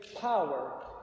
power